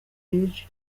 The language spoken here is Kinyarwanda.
bridge